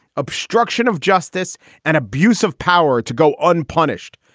obstruction of justice and abuse of power to go unpunished?